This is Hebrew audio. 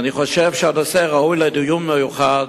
ואני חושב שהנושא ראוי לדיון מיוחד,